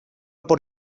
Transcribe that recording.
por